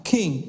King